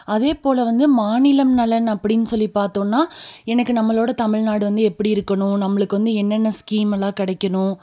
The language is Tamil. அதேபோல வந்து மாநிலம் நலன் அப்படின்னு சொல்லி பார்த்தோன்னா எனக்கு நம்மளோடய தமிழ்நாடு வந்து எப்படி இருக்கணும் நம்மளுக்கு வந்து என்னென்ன ஸ்கீம் எல்லாம் கிடைக்கணும்